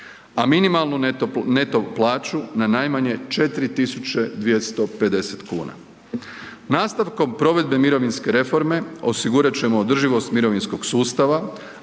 a minimalnu neto plaću na najmanje 4.250 kuna. Nastavkom provedbe mirovinske reforme osigurat ćemo održivost mirovinskog sustava,